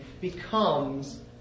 becomes